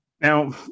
Now